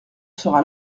sera